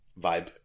vibe